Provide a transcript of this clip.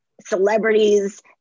celebrities